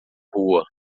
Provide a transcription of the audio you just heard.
rua